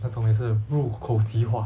那种也是入口异化